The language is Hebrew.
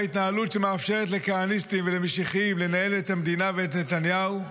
בהתנהלות שמאפשרת לכהניסטים ולמשיחיים לנהל את המדינה ואת נתניהו,